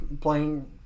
playing